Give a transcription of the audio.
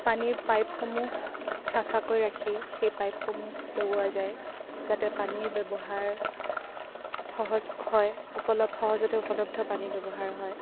পানীৰ পাইপসমূহ চাফাকৈ ৰাখি সেই পাইপসমূহ লগোৱা যায় যাতে পানীৰ ব্যৱহাৰ সহজ হয় উপলব্ধ সহজতে উপলব্ধ পানীৰ ব্যৱহাৰ হয়